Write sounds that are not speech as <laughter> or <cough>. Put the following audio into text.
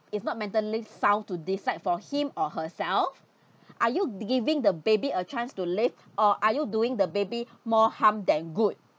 is not mentally sound to decide for him or herself <breath> are you giving the baby a chance to live or are you doing the baby more harm than good